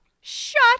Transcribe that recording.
shut